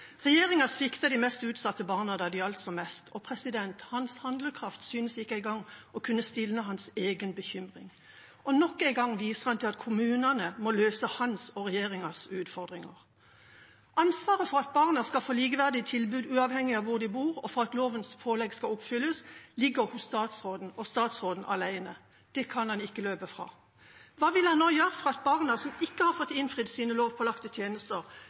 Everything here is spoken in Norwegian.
Regjeringa sviktet de mest utsatte barna da det gjaldt som mest. Hans handlekraft synes ikke engang å kunne stilne hans egen bekymring. Nok en gang viser han til at kommunene må løse hans og regjeringas utfordringer. Ansvaret for at barna skal få likeverdige tilbud uavhengig av hvor de bor, og for at lovens pålegg skal oppfylles, ligger hos statsråden og statsråden alene. Det kan han ikke løpe fra. Hva vil han nå gjøre for at barna som ikke har fått innfridd sine lovpålagte tjenester,